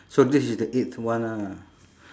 so this is the eight one ah